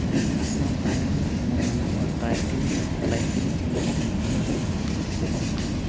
ᱟᱨᱦᱚᱸ ᱟᱭᱢᱟ ᱜᱮ ᱪᱮᱱᱮᱞ ᱢᱮᱱᱟᱜᱚᱜᱼᱟ tribe TV tribe TV channel ᱢᱮᱱᱟᱜᱼᱟ